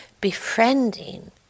befriending